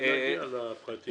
אבל נגיע לפרטים האלה.